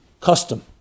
custom